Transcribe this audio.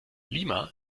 lima